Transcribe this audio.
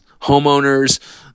homeowners